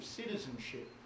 citizenship